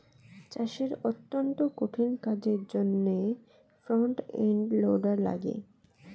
চাষের অত্যন্ত কঠিন কাজের জন্যে ফ্রন্ট এন্ড লোডার লাগে